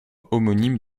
homonyme